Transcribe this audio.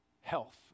health